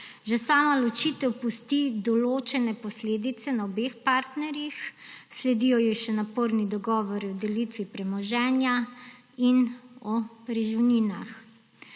Že sama ločitev pusti določene posledice na obeh partnerjih, sledijo ji še naporni dogovori o delitvi premoženja in o preživninah.